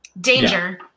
Danger